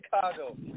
Chicago